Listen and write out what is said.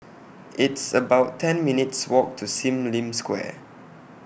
It's about ten minutes' Walk to SIM Lim Square